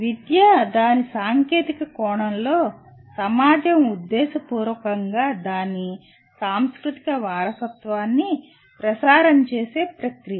విద్య దాని సాంకేతిక కోణంలో సమాజం ఉద్దేశపూర్వకంగా దాని "సాంస్కృతిక వారసత్వాన్ని" ప్రసారం చేసే ప్రక్రియ